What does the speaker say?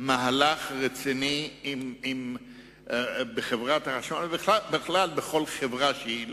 מהלך רציני בחברת החשמל, ובכלל בכל חברה שהיא,